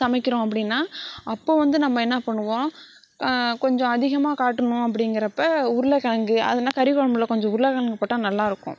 சமைக்கிறோம் அப்படின்னா அப்போ வந்து நம்ம என்ன பண்ணுவோம் கொஞ்சம் அதிகமாக காட்டணும் அப்படிங்கிறப்ப உருளைக்கிழங்கு அதுனால் கறிக்குழம்புல கொஞ்சம் உருளைக்கிழங்கு போட்டால் நல்லாயிருக்கும்